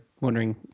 wondering